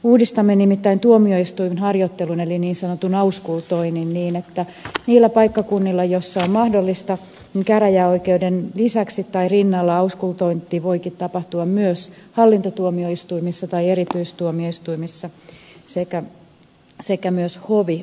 uudistamme nimittäin tuomioistuinharjoittelun eli niin sanotun auskultoinnin niin että niillä paikkakunnilla joissa on mahdollista käräjäoikeuden lisäksi tai rinnalla auskultointi voikin tapahtua myös hallintotuomioistuimissa tai erityistuomioistuimissa sekä myös hovioikeuksissa